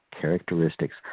characteristics